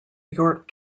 york